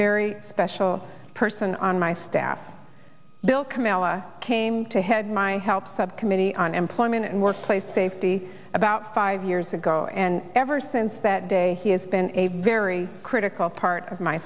very special person on my staff bill kamila came to head my health subcommittee on employment and workplace safety about five years ago and ever since that day he has been a very critical part of my